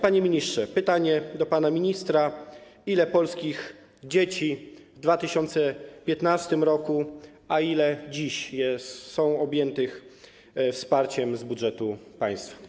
Panie ministrze, pytanie do pana ministra: Ile polskich dzieci w 2015 r., a ile dziś jest objętych wsparciem z budżetu państwa?